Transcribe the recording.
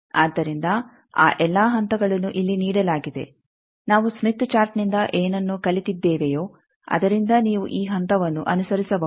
ಆದ್ದರಿಂದ ಆ ಎಲ್ಲಾ ಹಂತಗಳನ್ನು ಇಲ್ಲಿ ನೀಡಲಾಗಿದೆ ನಾವು ಸ್ಮಿತ್ ಚಾರ್ಟ್ನಿಂದ ಏನನ್ನು ಕಲಿತಿದ್ದೇವೆಯೋ ಅದರಿಂದ ನೀವು ಈ ಹಂತವನ್ನು ಅನುಸರಿಸಬಹುದು